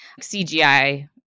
cgi